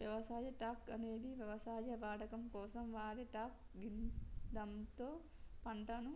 వ్యవసాయ ట్రక్ అనేది వ్యవసాయ వాడకం కోసం వాడే ట్రక్ గిదాంతో పంటను